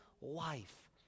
life